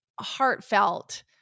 heartfelt